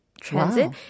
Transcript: Transit